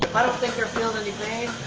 i don't think they're feeling any pain,